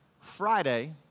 Friday